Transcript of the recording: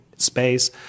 space